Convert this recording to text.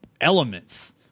elements